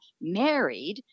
married